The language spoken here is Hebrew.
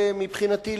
מבחינתי,